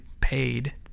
paid